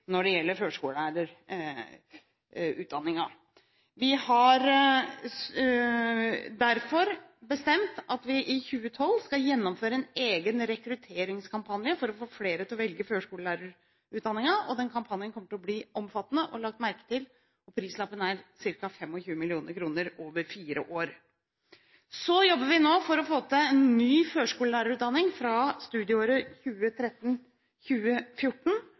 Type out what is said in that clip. når det gjelder denne utdanningen. Vi har derfor bestemt at vi i 2012 skal gjennomføre en egen rekrutteringskampanje for å få flere til å velge førskolelærerutdanning. Den kampanjen kommer til å bli omfattende og bli lagt merke til, og prislappen er på ca. 25 mill. kr over fire år. Så jobber vi nå for å få til en ny førskolelærerutdanning fra studieåret